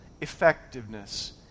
effectiveness